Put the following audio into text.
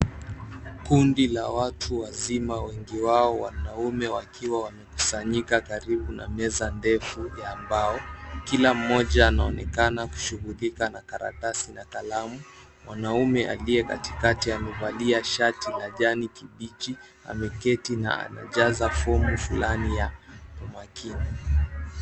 Kundi la watu wazima wengi wao wanaume wakiwa wamekusanyika karibu na meza ndefu ya mbao, kila mmoja anaonekana kushughulika na karatasi na kalamu. Mwanaume aliye katikati amevalia shati la jani kibichi, ameketi na anajaza fomu fulani ya umakini.